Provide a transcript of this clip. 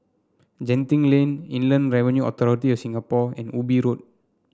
Genting Lane Inland Revenue Authority of Singapore and Ubi Road